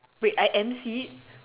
wait I_M_C